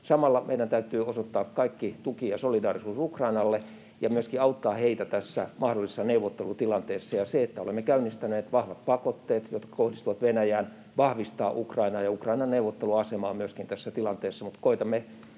Samalla meidän täytyy osoittaa kaikki tuki ja solidaarisuus Ukrainalle ja myöskin auttaa heitä tässä mahdollisessa neuvottelutilanteessa. Se, että olemme käynnistäneet vahvat pakotteet, jotka kohdistuvat Venäjään, vahvistaa Ukrainaa ja Ukrainan neuvotteluasemaa myöskin tässä tilanteessa. Mutta koetamme